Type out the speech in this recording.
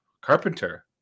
Carpenter